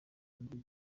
kugira